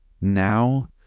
Now